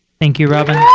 thank you, robin.